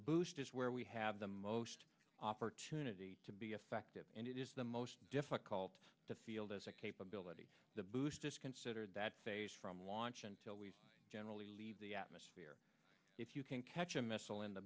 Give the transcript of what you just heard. boost is where we have the most opportunity to be effective and it is the most difficult to field as a capability the boosters considered that phase from launch until we generally leave the atmosphere if you can catch a missile in